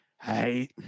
Hey